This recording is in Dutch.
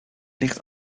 ligt